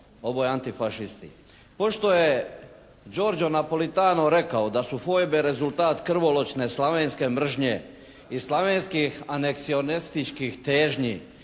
oboje antifašisti. Pošto je Georgio Napolitano rekao da su fujdbe rezultat krvoločne slavenske mržnje i slavenski aneksionestičkih težnji.